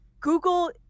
Google